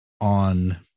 on